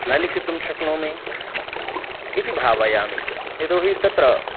न लिखितुं शक्नोमि इति भावयामि यतो हि तत्र